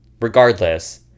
Regardless